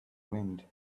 wind